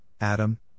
Adam